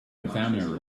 examiner